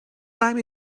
time